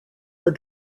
are